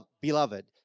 beloved